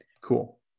cool